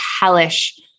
hellish